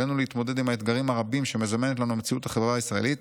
עלינו להתמודד עם האתגרים הרבים שמזמנת לנו מציאות החברה הישראלית,